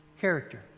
Character